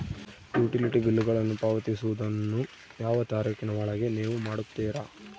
Utility ಬಿಲ್ಲುಗಳನ್ನು ಪಾವತಿಸುವದನ್ನು ಯಾವ ತಾರೇಖಿನ ಒಳಗೆ ನೇವು ಮಾಡುತ್ತೇರಾ?